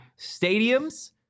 stadiums